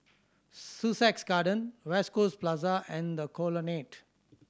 Sussex Garden West Coast Plaza and The Colonnade